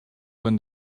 when